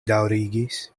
daŭrigis